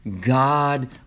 God